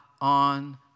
on